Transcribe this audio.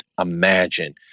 imagine